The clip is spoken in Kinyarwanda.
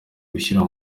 gushyira